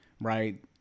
right